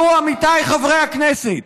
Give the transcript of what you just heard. אנחנו, עמיתיי חברי הכנסת,